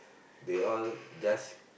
they all just